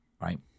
right